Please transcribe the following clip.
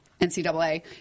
NCAA